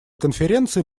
конференции